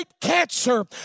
cancer